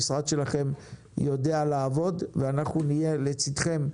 המשרד שלכם יודע לעבוד ואנחנו נהיה לצדכם.